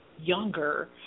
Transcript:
younger